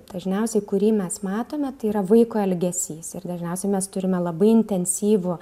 dažniausiai kurį mes matome tai yra vaiko elgesys ir dažniausiai mes turime labai intensyvų